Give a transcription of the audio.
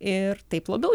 ir taip labiau